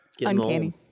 Uncanny